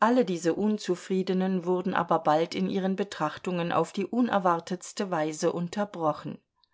alle diese unzufriedenen wurden aber bald in ihren betrachtungen auf die unerwartetste weise unterbrochen